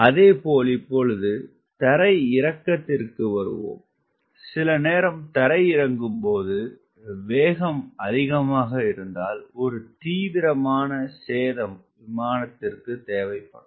அதேபோல் இப்பொழுது தரையிறக்கத்திற்கு வருவோம் சில நேரம் தரையிறங்கும்போது வேகம் அதிகமாகவிருந்தால் ஒரு தீவிரமான சேதம் விமானத்திற்கு தேவைப்படும்